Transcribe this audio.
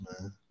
man